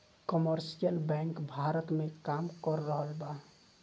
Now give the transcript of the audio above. commercial bank Bharat में काम कर रहल बा